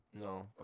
No